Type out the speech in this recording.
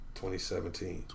2017